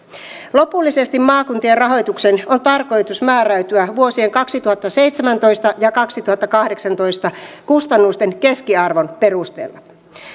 lopullisesti maakuntien rahoituksen on tarkoitus määräytyä vuosien kaksituhattaseitsemäntoista ja kaksituhattakahdeksantoista kustannusten keskiarvon perusteella